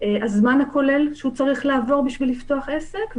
הזמן הכולל שהוא צריך לעבור בשביל לפתוח עסק,